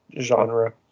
genre